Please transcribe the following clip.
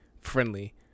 friendly